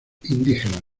indígenas